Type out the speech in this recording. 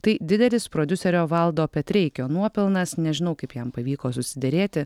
tai didelis prodiuserio valdo petreikio nuopelnas nežinau kaip jam pavyko susiderėti